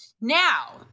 Now